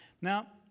Now